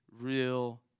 real